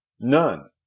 None